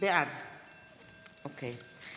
בעד אני